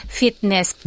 fitness